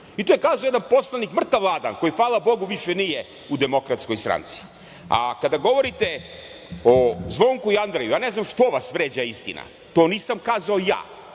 I to je rekao jedan poslanik, mrtav ladan, koji, hvala bogu, više nije u Demokratskoj stranci. Kada govorite o Zvonku i Andreju, ja ne znam zašto vas vređa istina? To nisam kazao ja,